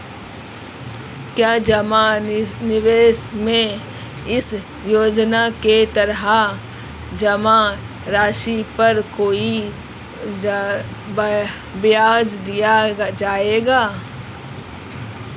क्या जमा निवेश में इस योजना के तहत जमा राशि पर कोई ब्याज दिया जाएगा?